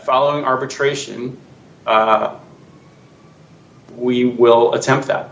following arbitration we will attempt at